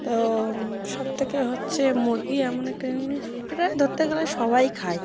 তো সবথেকে হচ্ছে মুরগি এমন একটা জিনিস প্রায় ধরতে গেলে সবাই খায়